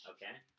Okay